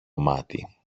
μάτι